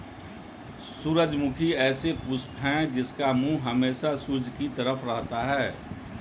सूरजमुखी ऐसा पुष्प है जिसका मुंह हमेशा सूर्य की तरफ रहता है